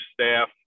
staff